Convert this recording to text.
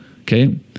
okay